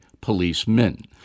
policemen